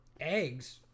Eggs